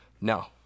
No